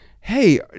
hey